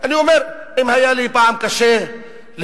אני אומר: אם היה לי פעם קשה להוכיח,